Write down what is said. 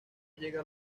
llega